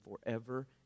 forever